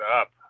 up